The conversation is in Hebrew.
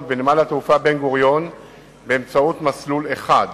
בנמל התעופה בן-גוריון באמצעות מסלול אחד,